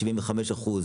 175%,